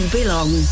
belong